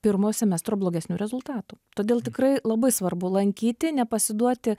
pirmojo semestro blogesnių rezultatų todėl tikrai labai svarbu lankyti nepasiduoti